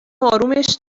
آرومش